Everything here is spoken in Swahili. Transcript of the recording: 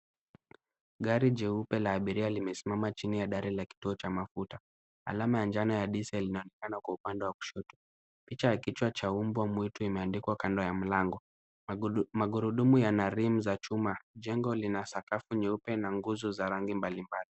Gari jeupe la abiria limesimama chini ya dare la kituo cha mafuta. Alama ya njano ya diesel inaonekana kwa upande wa kushoto. Picha ya kichwa cha umbwa mwitu imeandikwa kando ya mlango, magurudumu ya na rimu za chuma. Jengo lina sakafu nyeupe na nguzo za rangi mbalimbali.